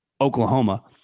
Oklahoma